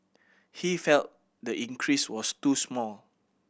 he felt the increase was too small